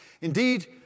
Indeed